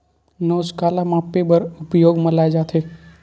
नोच काला मापे बर उपयोग म लाये जाथे?